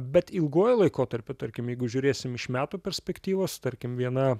bet ilguoju laikotarpiu tarkim jeigu žiūrėsim iš metų perspektyvos tarkim viena